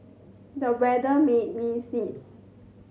the weather made me sneeze